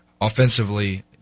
offensively